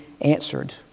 answered